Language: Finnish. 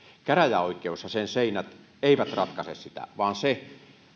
käräjäoikeus ja sen seinät eivät ratkaise sitä vaan se